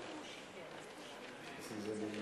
אדוני היושב-ראש, חברי הכנסת,